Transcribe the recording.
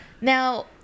Now